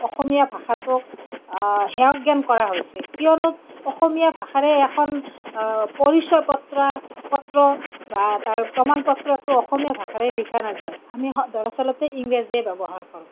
অসমীয়া ভাষাটোক হেয় জ্ঞান কৰা হৈছে কিয়নো অসমীয়া ভাষাৰে এখন পৰিচয় পত্ৰ বা প্ৰমাণ পত্ৰটোও অসমীয়া ভাষাৰে লিখা নাযায় আমি স দৰাচলতে ইংৰাজীয়ে ব্য়ৱহাৰ কৰোঁ